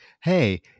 hey